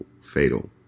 fatal